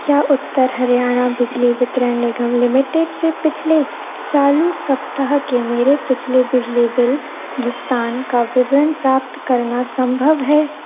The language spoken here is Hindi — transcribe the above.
क्या उत्तर हरियाणा बिजली वितरण निगम लिमिटेड से पिछले चालू सप्ताह के मेरे पिछले बिजली बिल भुगतान का विवरण प्राप्त करना संभव है